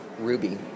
Ruby